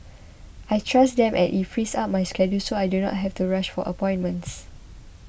I trust them and it frees up my schedule so I do not have to rush for appointments